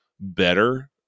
better